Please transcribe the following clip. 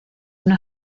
una